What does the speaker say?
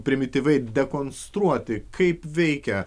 primityviai dekonstruoti kaip veikia